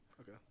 Okay